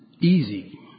easy